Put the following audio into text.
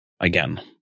again